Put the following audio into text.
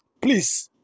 please